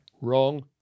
Wrong